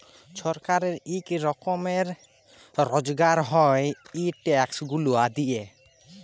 ছরকারের ইক রকমের রজগার হ্যয় ই ট্যাক্স গুলা দিঁয়ে